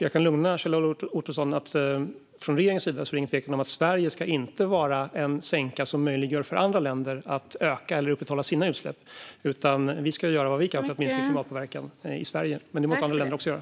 Jag kan lugna Kjell-Arne Ottosson med att från regeringens sida råder inget tvivel om att Sverige inte ska vara en sänka som möjliggör för andra länder att öka eller upprätthålla sina utsläpp, utan vi ska göra vad vi kan för att minska klimatpåverkan i Sverige. Men det måste också andra länder göra.